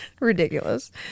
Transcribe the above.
ridiculous